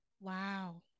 Wow